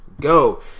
go